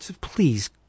Please